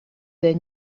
their